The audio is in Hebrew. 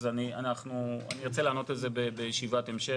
אז אני ארצה לענות על זה בישיבת המשך,